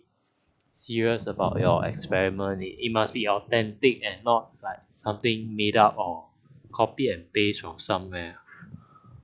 serious about you experiment it it must be authentic and not like something made up or copy and paste from somewhere